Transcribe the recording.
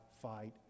fight